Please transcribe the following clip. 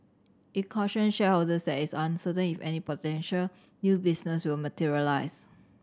it cautioned shareholders that is uncertain if any potential new business will materialise